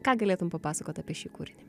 ką galėtum papasakot apie šį kūrinį